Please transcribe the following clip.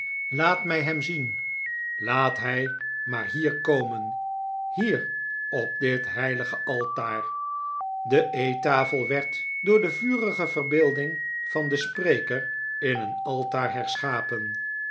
laat mij hem zien laat hij maar hier komen hier op dit heilige altaar de eettafel werd door de vurige verbeelding van den spreker in een altaar herschapen